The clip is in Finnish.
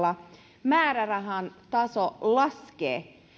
kulttuuritoimen saralla määrärahan taso laskee